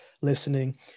listening